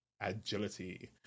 agility